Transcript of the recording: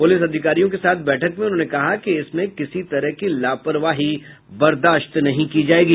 police अधिकारियों के साथ बैठक में उन्होंने कहा कि इसमें किसी तरह की लापरवाही बर्दाश्त नहीं की जायेगी